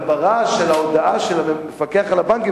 אבל ברעש של ההודעה של המפקח על הבנקים,